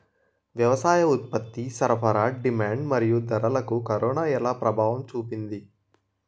వ్యవసాయ ఉత్పత్తి సరఫరా డిమాండ్ మరియు ధరలకు కరోనా ఎలా ప్రభావం చూపింది